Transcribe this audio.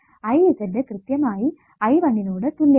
Iz കൃത്യമായി I1 നോട് തുല്യമാണ്